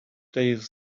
days